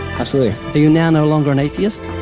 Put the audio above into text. absolutely. are you now no longer an atheist?